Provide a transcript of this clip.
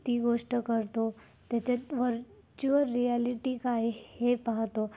ती गोष्ट करतो त्याच्यात व्हर्च्युअल रियालिटी काय हे पाहतो